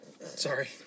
Sorry